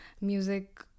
music